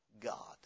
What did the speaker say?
God